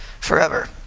forever